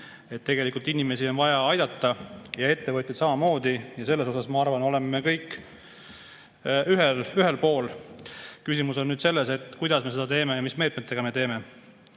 et tegelikult inimesi on vaja aidata ja ettevõtteid samamoodi. Selles osas, ma arvan, oleme me kõik ühel pool. Küsimus on nüüd selles, kuidas me seda teeme ja mis meetmetega me teeme. Täna